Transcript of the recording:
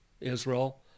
Israel